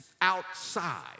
outside